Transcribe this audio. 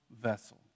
vessel